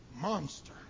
Monster